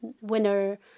winner